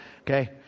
Okay